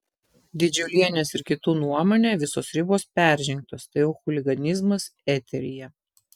didžiulienės ir kitų nuomone visos ribos peržengtos tai jau chuliganizmas eteryje